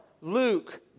Luke